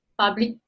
public